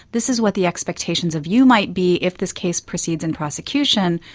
this is what the expectations of you might be if this case proceeds in prosecution',